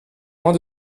moins